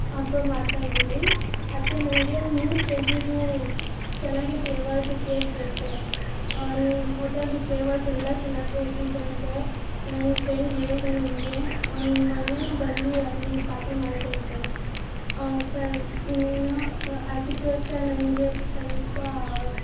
ಹಬ್ಬ ಮಾಡ್ತಾ ಇದ್ದೀನಿ ಅದಕ್ಕೆ ನನಗೆ ಮೂರು ಕೆ ಜಿದು ಚೆನ್ನಾಗಿ ಫ್ಲೇವರ್ದು ಕೇಕ್ ಬೇಕು ನಿನ್ನ ಹೋಟೆಲ್ದು ಫ್ಲೇವರ್ಸ್ ಎಲ್ಲ ಚೆನ್ನಾಗಿ ಇದೆ ಅಂತೆ ನನ್ನ ಫ್ರೆಂಡ್ ಹೇಳಿದೆ ನನಗೆ ಒನ್ ಮೊನ್ನೆನೂ ಬಂದು ಅಲ್ಲಿ ಪಾರ್ಟಿ ಮಾಡಿದಂತೆ ಸರ್ ನಿನ್ನ ಅದಕ್ಕೋಸ್ಕರ ನನಗೆ ಸ್ವಲ್ಪ